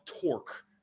torque